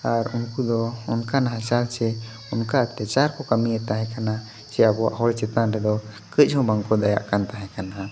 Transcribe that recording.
ᱟᱨ ᱩᱱᱠᱩ ᱫᱚ ᱚᱱᱠᱟᱱ ᱱᱟᱦᱟᱪᱟᱨ ᱥᱮ ᱚᱱᱠᱟ ᱚᱛᱛᱟᱪᱟᱨ ᱠᱚ ᱠᱟᱹᱢᱤᱭᱮᱫ ᱛᱟᱦᱮᱸ ᱠᱟᱱᱟ ᱡᱮ ᱟᱵᱚᱣᱟᱜ ᱦᱚᱲ ᱪᱮᱛᱟᱱ ᱨᱮᱫᱚ ᱠᱟᱹᱡ ᱦᱚᱸ ᱵᱟᱝᱠᱚ ᱫᱟᱭᱟᱜ ᱠᱟᱱ ᱛᱟᱦᱮᱸ ᱠᱟᱱᱟ